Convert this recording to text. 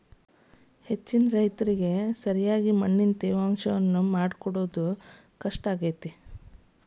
ಹೆಚ್ಚಿನ ರೈತರಿಗೆ ಸರಿಯಾದ ಮಣ್ಣಿನ ತೇವಾಂಶವನ್ನು ಮಾಡಿಕೊಳ್ಳವುದು ಕಷ್ಟಸಾಧ್ಯವಾಗಿದೆ